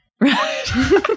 Right